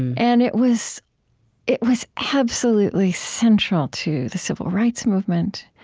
and it was it was absolutely central to the civil rights movement.